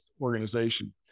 organization